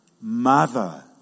mother